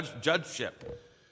judgeship